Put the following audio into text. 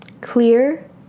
Clear